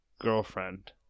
girlfriend